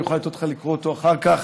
אני אוכל לתת לך לקרוא אותו אחר כך,